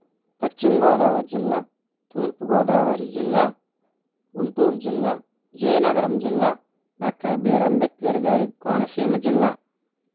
పశ్చిమగోదావరి జిల్లా తూర్పుగోదావరి జిల్లా గుంటూరు జిల్లా విజయనగరం జిల్లా డాక్టర్ బిఆర్ అంబేద్కర్ గారి కోనసీమ జిల్లా